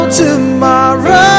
tomorrow